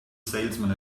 salesman